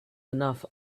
enough